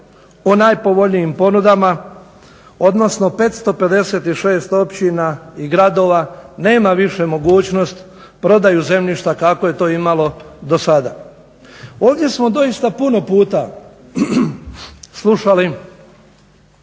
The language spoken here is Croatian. o najpovoljnijim ponudama odnosno 556 općina i gradova nema više mogućnost prodaju zemljišta kako je to imalo do sada. Ovdje smo doista puno puta slušali